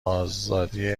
ازادی